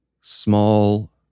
small